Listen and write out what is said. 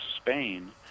Spain